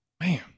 Man